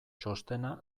txostena